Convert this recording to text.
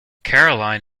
caroline